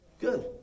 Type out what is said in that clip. Good